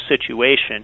situation